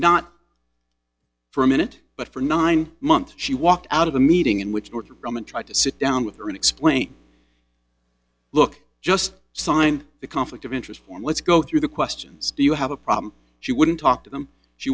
not for a minute but for nine months she walked out of the meeting in which northrup grumman tried to sit down with her and explain look just signed the conflict of interest for let's go through the questions do you have a problem she wouldn't talk to them she